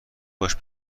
باش